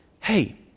Hey